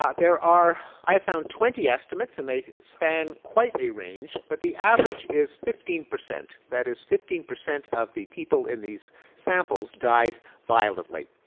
ah there are, i found twenty estimates and they span quite a range, but the average is fifteen percent. that is, fifteen percent of people in these samples died violently.